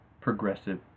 progressive